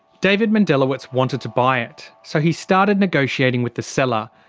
david mendelawitz wanted to buy it. so he started negotiating with the seller,